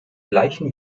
gleichen